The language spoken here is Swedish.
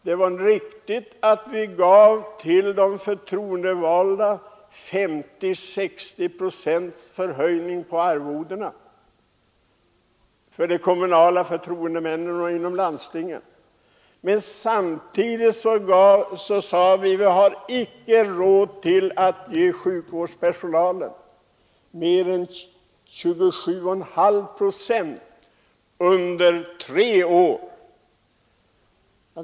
Det var riktigt att till de förtroendevalda i kommuner och landsting ge 50—60 procents förhöjning av arvodena, men samtidigt sade vi att vi inte hade råd att ge sjukvårdspersonalen mer än 27,5 procent — under tre år.